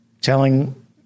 telling